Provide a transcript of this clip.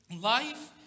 Life